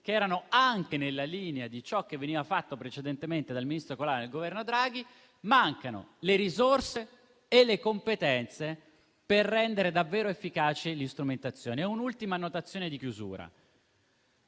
che erano anche in linea con ciò che veniva fatto precedentemente dal ministro Colao nel Governo Draghi, mancano le risorse e le competenze per rendere davvero efficaci le strumentazioni. Un'ultima annotazione di chiusura.